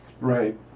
right